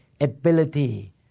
ability